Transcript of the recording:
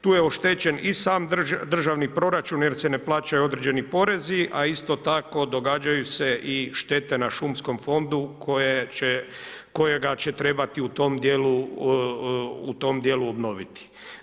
Tu je oštećen i sam državni proračun, jer se ne plaćaju određeni porezi a isto tako događaju se i štete na šumskom fondu kojega će trebati u tom dijelu obnoviti.